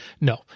No